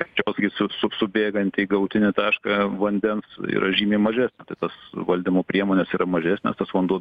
kaip čia pasakyt su su subėgantį į galutinį tašką vandens yra žymiai mažesnė tai tas valdymo priemonės yra mažesnės tas vanduo